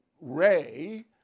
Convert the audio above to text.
Ray